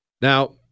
Now